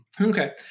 Okay